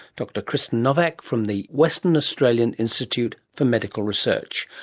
dr kristen nowak from the western australian institute for medical research,